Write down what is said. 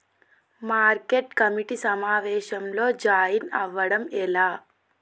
Market committee సమావేశంలో join అవ్వడం ఎలా?